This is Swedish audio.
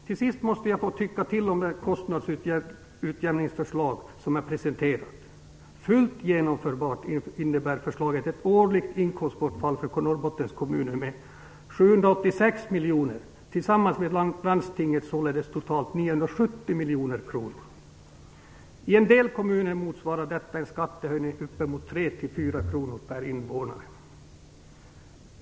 Till sist måste jag få tycka till om det nya kostnadsutjämningsförslag som har presenterats. Fullt genomfört innebär förslaget ett årligt inkomstbortfall för Norrbottens kommuner med 786 miljoner. Tillsammans med det bortfall som drabbar landstinget blir det ca 970 miljoner kronor. I en del kommuner motsvarar detta en skattehöjning på 3-4 kr per invånare.